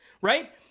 right